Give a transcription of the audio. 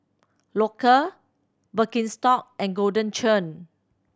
Loacker Birkenstock and Golden Churn